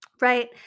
right